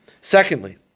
Secondly